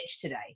today